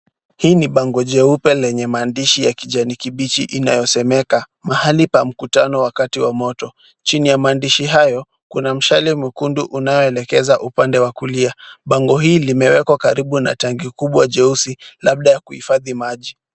Hii ni bango jeupe lenye maandishi ya kijani kibichi inayosemeka mahali pa mkutano wakati wa moto. Chini ya maandishi hayo kuna mshale mwekundu unaoelekeza upande wa kulia. Bango hili limewekwa karibu na tanki kubwa jeusi labda ya kuhifadhi maji.